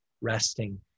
resting